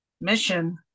mission